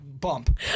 bump